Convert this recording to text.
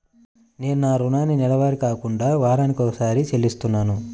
నేను నా రుణాన్ని నెలవారీగా కాకుండా వారానికోసారి చెల్లిస్తున్నాను